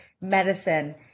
medicine